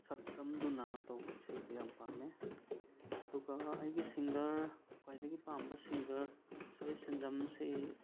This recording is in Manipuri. ꯁꯛꯇꯝꯗꯨꯅ ꯇꯧꯕ ꯏꯁꯩꯗꯨ ꯌꯥꯝ ꯄꯥꯝꯃꯦ ꯑꯗꯨꯒ ꯑꯩꯒꯤ ꯁꯤꯡꯒꯔ ꯈ꯭ꯋꯥꯏꯗꯒꯤ ꯄꯥꯝꯕ ꯁꯤꯡꯒꯔ ꯁꯣꯔꯤ ꯁꯦꯟꯖꯝꯁꯤ